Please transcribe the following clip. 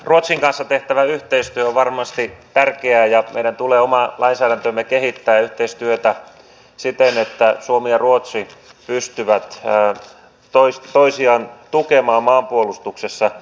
ruotsin kanssa tehtävä yhteistyö on varmasti tärkeää ja meidän tulee kehittää omaa lainsäädäntöämme ja yhteistyötä siten että suomi ja ruotsi pystyvät toisiaan tukemaan maanpuolustuksessa